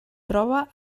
troba